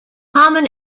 common